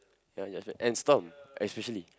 ya judgement and Stomp especially